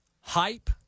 hype